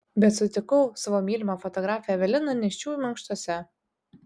bet sutikau savo mylimą fotografę eveliną nėščiųjų mankštose